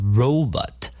robot